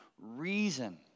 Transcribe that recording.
reason